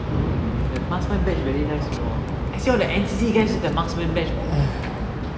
the marksman badge very nice you know I see all the N_C_C guys with the marksman badge